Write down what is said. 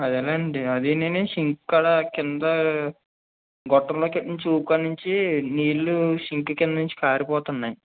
అదేనండి అదీనీను సింక్ కాడ కింద గొట్టంలో ఎక్కించి కాడనుంచి నీళ్ళు సింకు కింద నుంచి కారిపోతున్నాయి